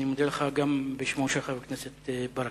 אני מודה לך גם בשמו של חבר הכנסת ברכה.